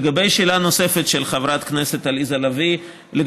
לגבי השאלה הנוספת של חברת הכנסת עליזה לביא: אגב,